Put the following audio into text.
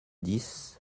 dix